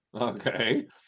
Okay